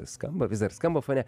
skamba vis dar skamba fone